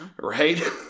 Right